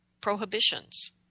prohibitions